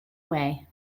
way